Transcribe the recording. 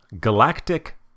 Galactic